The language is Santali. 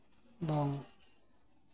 ᱮᱵᱚᱝ